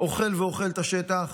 אוכל ואוכל את השטח,